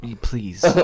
please